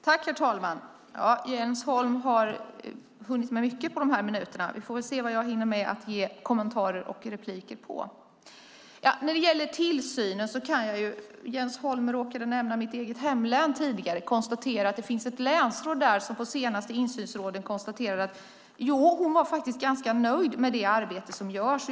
Herr talman! Jens Holm hann säga mycket under sina replikminuter. Vi får väl se vad jag hinner kommentera och replikera på. När det gäller tillsynen - Jens Holm råkade tidigare nämna mitt hemlän - kan jag konstatera att ett länsråd där på senaste insynsrådsmötet var ganska nöjd med det arbete som görs.